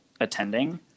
attending